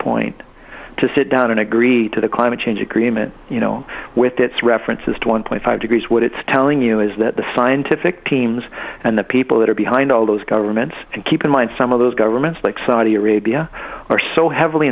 point to sit down and agree to the climate change agreement you know with its references to one point five degrees what it's telling you is that the scientific teams and the people that are behind all those governments keep in mind some of those governments like saudi arabia are so heavily